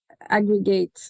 aggregate